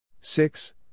six